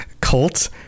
cult